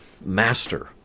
master